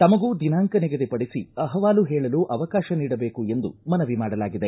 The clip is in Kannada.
ತಮಗೂ ದಿನಾಂಕ ನಿಗದಿಪಡಿಸಿ ಅಹವಾಲು ಹೇಳಲು ಅವಕಾಶ ನೀಡಬೇಕು ಎಂದು ಮನವಿ ಮಾಡಲಾಗಿದೆ